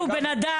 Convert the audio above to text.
אדם.